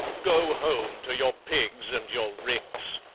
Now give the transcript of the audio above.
go home to your pigs and your ricks,